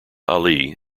ali